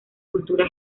cultura